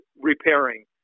repairing